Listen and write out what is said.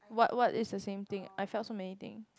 what what is the same thing I felt so many thing